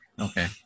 Okay